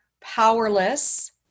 powerless